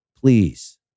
Please